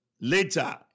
Later